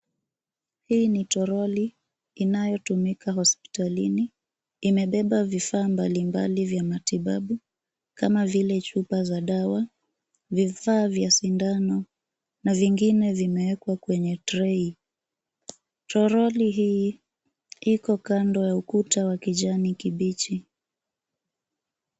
Hii ni toroli inayotumika hospitalini. Imebeba vifaa mbalimbali vya matibabu kama vile chupa za dawa, vifaa vya sindano na vingine vimewekwa kwenye treyi. Toroli hii iko kando ya ukuta wa kijani kibichi.